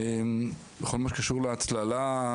בכל מה שקשור להצללה,